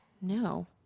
No